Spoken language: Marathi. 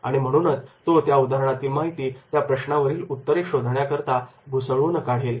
आणि म्हणूनच तो त्या उदाहरणातील माहिती त्या प्रश्नावरील उत्तरे शोधण्याकरता घुसळून काढेल